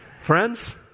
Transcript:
Friends